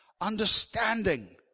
understanding